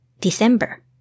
December